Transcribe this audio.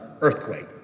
earthquake